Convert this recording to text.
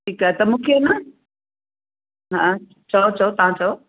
ठीकु आहे त मूंखे न हा चओ चओ तव्हां चओ